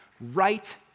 right